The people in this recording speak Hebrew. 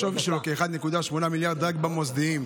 שהשווי שלהם כ-1.8 מיליארד שקל רק במוסדיים.